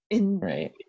Right